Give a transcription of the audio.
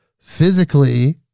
physically